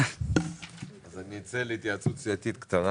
לא,